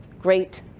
great